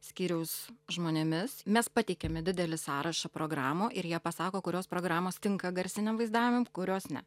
skyriaus žmonėmis mes pateikiame didelį sąrašą programų ir jie pasako kurios programos tinka garsiniam vaizdavimui kurios ne